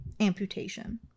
amputation